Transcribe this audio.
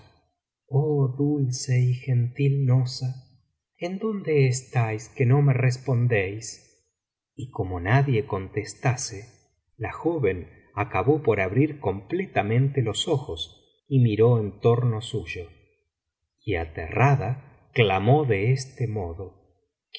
oh dulce y gentil nozha en dónde estáis que no me respondéis y como nadie contestase la joven acabó por abrir completamente los ojos y miró en torno suyo y aterrada clamó de este modo